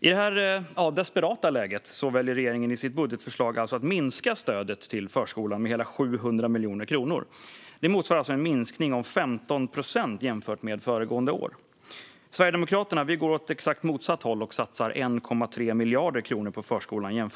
I detta desperata läge väljer regeringen i sitt budgetförslag att minska stödet till förskolan med hela 700 miljoner kronor. Det motsvarar en minskning om 15 procent jämfört med föregående år. Sverigedemokraterna går åt exakt motsatt håll jämfört med regeringens budget och satsar 1,3 miljarder på förskolan.